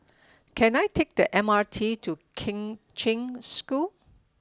can I take the M R T to Kheng Cheng School